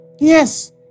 Yes